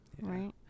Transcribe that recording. right